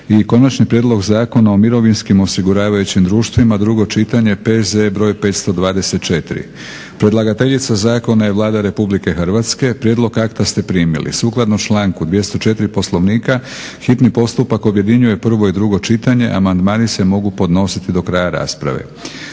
- Konačni prijedlog Zakona o mirovinskim osiguravajućim društvima, drugo čitanje, P.Z.E. br. 524 Predlagateljica zakona je Vlada Republike Hrvatske. Prijedlog akta ste primili. Sukladno članku 204. Poslovnika hitni postupak objedinjuje prvo i drugo čitanje, a amandmani se mogu podnositi do kraja rasprave.